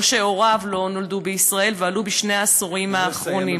שהוריו לא נולדו בישראל ועלו בשני העשורים האחרונים,